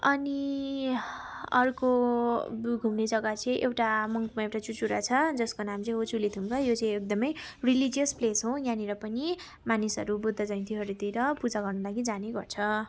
अनि अर्को घुम्ने जग्गा चाहिँ एउटा मङपुमा चुचुरा छ जसको नाम चाहिँ हो चुले ढुङ्गा यो चाहिँ एकदमै रिलिजियस प्लेस हो यहाँनिर पनि मानिसहरू बुद्ध जयन्तीहरूतिर पूजा गर्न लागि जाने गर्छ